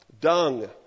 Dung